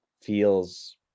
feels